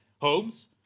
Homes